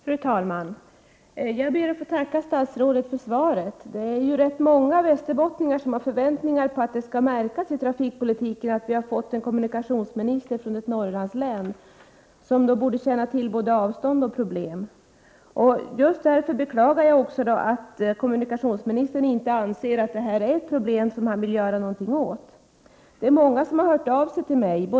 Fru talman! Jag ber att få tacka statsrådet för svaret. Rätt många västerbottningar har nu förväntningar. Många hoppas alltså att det skall märkas inom trafikpolitiken att vi har fått en kommunikationsminister som kommer från ett Norrlandslän och som således borde ha kännedom om både avstånden och problemen i detta sammanhang. Just därför beklagar jag att kommunikationsministern inte anser att det här är ett problem som han skall göra någonting åt. Många har hört av sig till mig.